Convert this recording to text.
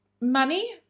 money